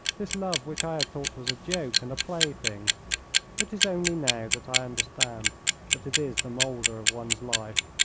this love which i had thought was a joke and a plaything it is only now that i understand that it is the moulder of one's life,